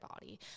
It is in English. body